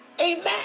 Amen